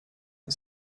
and